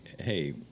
Hey